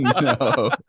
no